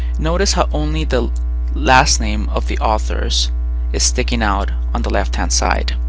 notice how only the last name of the authors is sticking out on the left-hand side.